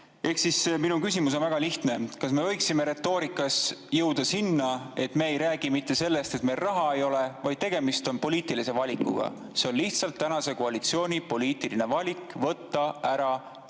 Minu küsimus on väga lihtne. Kas me võiksime retoorikas jõuda sinna, et me ei räägi mitte sellest, et meil raha ei ole, vaid [ütleme, et] tegemist on poliitilise valikuga – see on lihtsalt tänase koalitsiooni poliitiline valik võtta ära